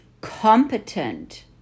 competent